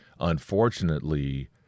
unfortunately